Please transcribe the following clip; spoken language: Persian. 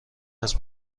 است